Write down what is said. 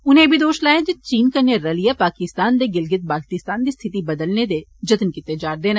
उनें एह बी दोश लाया जे चीन कन्नै रलिए पाकिस्तान दे गिलगित बालतीस्तान दी स्थिति बदलने दे जतन करा रदा ऐ